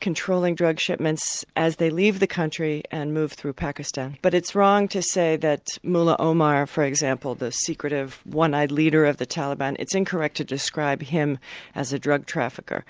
controlling drug shipments as they leave the country and move through pakistan. but it's wrong to say that mullah omar, for example, the secretive, one-eyed leader of the taliban, it's incorrect to describe him as a drug trafficker.